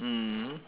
mm